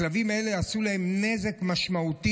הכלבים האלה עשו להם נזק משמעותי.